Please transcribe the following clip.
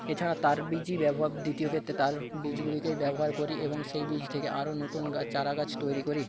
এছাড়া তার বীজই ব্যব দ্বিতীয় ক্ষেত্রে তার বীজগুলিকেই ব্যবহার করি এবং সেই বীজ থেকে আরও নতুন গাছ চারাগাছ তৈরি করি